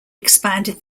expanded